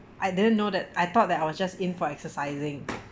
I didn't know that I thought that I was just in for exercising